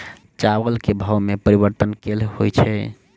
चावल केँ भाव मे परिवर्तन केल होइ छै?